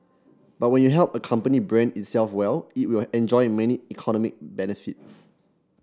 but when you help a company brand itself well it will enjoy many economic benefits